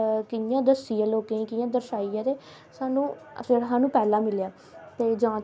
अख़वारां घट्ट ही पढ़दे ना क्योंकि इन्ना टाइम बी नेईं कुसै कोल अख़वारां पढने दा जा लोक इन्ना